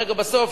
בסוף,